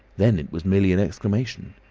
then it was merely an exclamation.